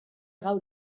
gaur